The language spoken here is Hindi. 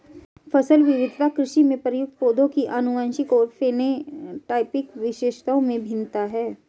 फसल विविधता कृषि में प्रयुक्त पौधों की आनुवंशिक और फेनोटाइपिक विशेषताओं में भिन्नता है